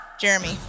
Jeremy